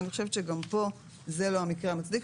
אני חושבת שגם כאן זה לא המקרה המצדיק.